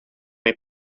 may